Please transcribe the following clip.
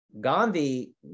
Gandhi